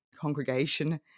congregation